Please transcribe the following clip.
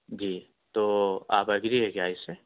جی تو آپ ایگری ہے کیا اس سے